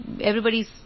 everybody's